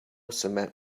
cement